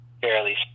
fairly